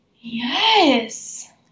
Yes